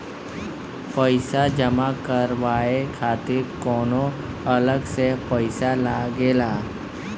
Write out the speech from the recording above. पईसा जमा करवाये खातिर कौनो अलग से पईसा लगेला?